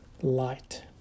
light